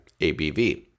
ABV